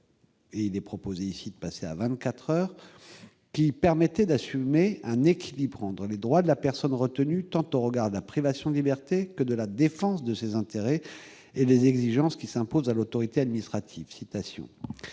heures. Cette durée permettait d'assurer « un équilibre entre les droits de la personne retenue, tant au regard de la privation de liberté que de la défense de ses intérêts, et les exigences qui s'imposent à l'autorité administrative